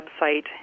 website